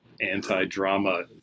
anti-drama